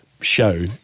show